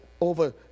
over